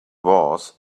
was